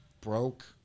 broke